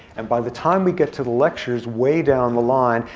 and by the time we get to the lectures, way down the line,